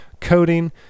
coding